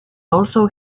also